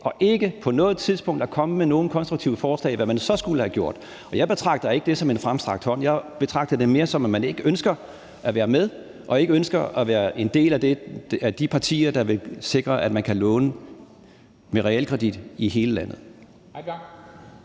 og ikke på noget tidspunkt er kommet med nogen konstruktive forslag til, hvad man så skulle have gjort. Og jeg betragter det ikke som en fremstrakt hånd. Jeg betragter det mere som, at man ikke ønsker at være med og ikke ønsker at være en del af de partier, der vil sikre, at man kan låne med realkredit i hele landet.